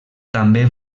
també